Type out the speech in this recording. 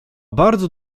bardzo